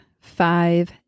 five